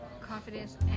confidence